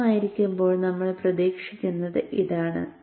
സ്ഥിരമായിരിക്കുമ്പോൾ നമ്മൾ പ്രതീക്ഷിക്കുന്നത് ഇതാണ്